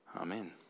Amen